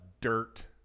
dirt